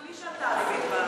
בלי שעלתה הריבית,